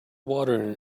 water